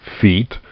feet